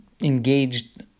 engaged